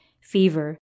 fever